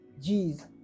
g's